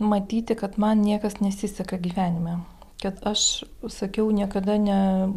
matyti kad man niekas nesiseka gyvenime kad aš sakiau niekada ne